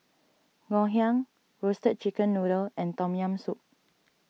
Ngoh Hiang Roasted Chicken Noodle and Tom Yam Soup